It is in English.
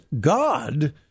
God